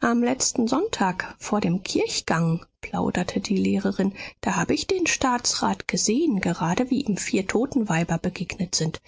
am letzten sonntag vor dem kirchgang plauderte die lehrerin da hab ich den staatsrat gesehen gerade wie ihm vier totenweiber begegnet sind